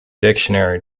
dictionary